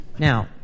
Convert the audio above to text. Now